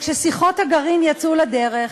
שכששיחות הגרעין יצאו לדרך,